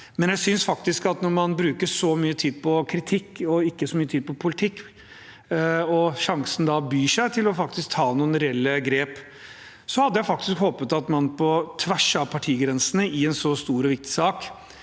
som det er – men når man bruker så mye tid på kritikk og ikke så mye tid på politikk, og sjansen byr seg til faktisk å ta noen reelle grep, hadde jeg håpet at man på tvers av partigrensene i en så stor og viktig sak